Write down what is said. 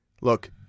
Look